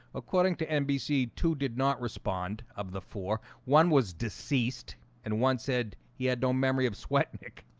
according to nbc two did not respond of the four one was deceased and one said he had no memory of sweat nick